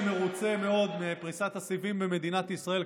מרוצה מאוד מפריסת הסיבים במדינת ישראל,